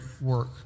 work